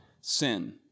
sin